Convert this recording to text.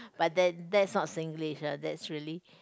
but then that's not Singlish uh that's really